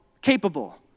capable